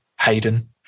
Hayden